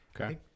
Okay